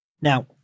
Now